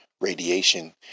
Radiation